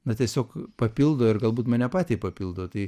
na tiesiog papildo ir galbūt mane patį papildo tai